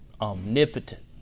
omnipotent